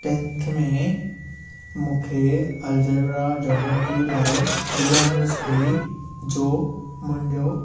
tenth में मूंखे algebra geometry लाए प्रिया मिस हुई जो मुंहिंजो